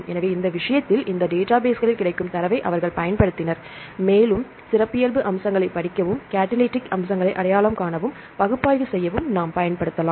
எனவே இந்த விஷயத்தில் இந்த டேட்டாபேஸ்ஸில் கிடைக்கும் தரவை அவர்கள் பயன்படுத்தினர் மேலும் சிறப்பியல்பு அம்சங்களைப் படிக்கவும் கடலிடி க் அம்சங்களை அடையாளம் காணவும் அவற்றை பகுப்பாய்வு செய்யவும் பயன்படுத்தலாம்